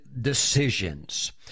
decisions